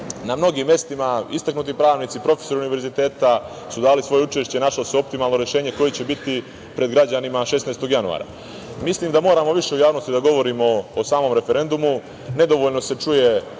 na mnogim mestima. Istaknuti pravnici, profesori univerziteta su dali svoje učešće i našli su optimalno rešenje koje će biti pred građanima 16. januara. Mislim da moramo više u javnosti da govorimo o samom referendumu. Nedovoljno se čuje